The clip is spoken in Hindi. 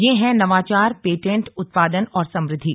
ये हैं नवाचार पेटेंट उत्पादन और समृद्धि